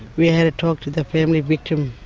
we had a talk to the family victim